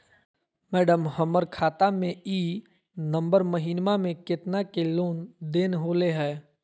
madam, हमर खाता में ई नवंबर महीनमा में केतना के लेन देन होले है